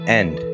end